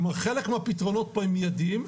כלומר, חלק מהפתרונות פה הם מידיים,